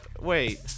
wait